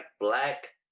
black